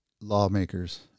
lawmakers